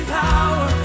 power